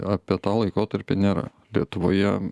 apie tą laikotarpį nėra lietuvoje